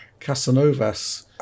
casanovas